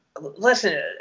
Listen